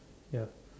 ya